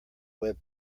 web